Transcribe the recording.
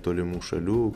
tolimų šalių